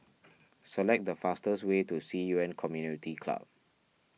select the fastest way to Ci Yuan Community Club